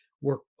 work